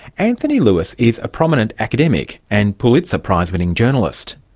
anthony lewis is a prominent academic and pulitzer prizewinning journalist.